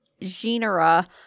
genera